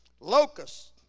Locusts